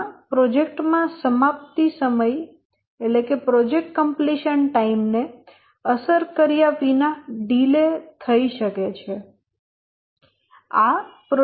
તેમાં પ્રોજેક્ટ માં સમાપ્તિ સમય ને અસર કર્યા વિના ડિલે થઈ શકે છે